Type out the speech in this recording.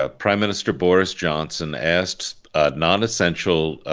ah prime minister boris johnson asked non-essential